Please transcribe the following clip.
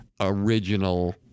original